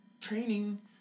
training